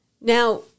Now